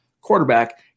quarterback